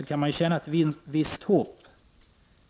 2.